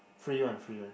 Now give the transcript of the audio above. free one free one